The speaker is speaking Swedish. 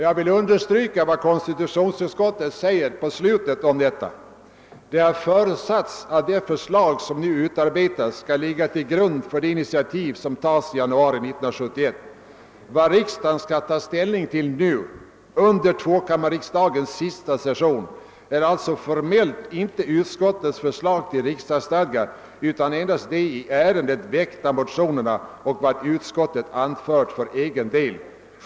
Jag vill understryka vad konstitutionsutskottet säger härom i slutet av sitt utlåtande: »Det har förutsatts ati det förslag som nu utarbetats skall ligga till grund för det initiativ som tas i januari 1971. Vad riksdagen skall ta ställning till nu, under tvåkammarriksdagens sista session, är ailtså formellt inte utskottets förslag till riksdagsstadga utan endast de i ärendet väckta motionerna och vad utskottet anfört för egen del.